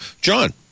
John